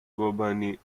company